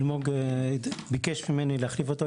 אלמוג ביקש ממני להחליף אותו,